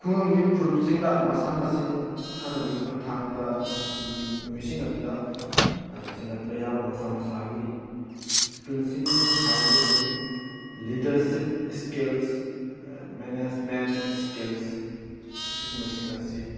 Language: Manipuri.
ꯈꯨꯡꯒꯪꯒꯤ ꯐꯨꯔꯨꯞꯁꯤꯡꯗ ꯃꯁꯥꯟꯅꯁꯤꯡ ꯁꯥꯟꯅꯕꯒꯤ ꯈꯨꯊꯥꯡꯗ ꯃꯤꯑꯣꯏꯁꯤꯡ ꯑꯗꯨꯗ ꯁꯦꯝꯒꯠꯄ ꯌꯥꯕ ꯃꯁꯥ ꯃꯁꯥꯒꯤ ꯏꯁꯀꯤꯜꯁꯤꯡ ꯍꯥꯏꯔꯒꯗꯤ ꯂꯤꯗꯔꯁꯤꯞ ꯏꯁꯀꯤꯜꯁ ꯃꯦꯅꯦꯁꯃꯦꯟ ꯏꯁꯀꯤꯜꯁ ꯑꯁꯤꯒꯨꯝꯕꯁꯤꯡ ꯑꯁꯤ